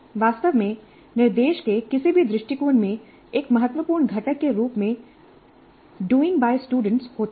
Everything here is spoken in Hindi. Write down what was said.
वास्तव में निर्देश के किसी भी दृष्टिकोण में एक महत्वपूर्ण घटक के रूप में डूइंग बाय स्टूडेंट्स होता है